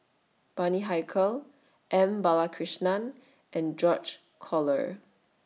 Bani Haykal M Balakrishnan and George Collyer